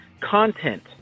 content